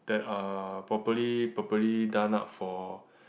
that are properly properly done up for